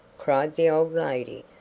cried the old lady,